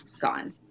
gone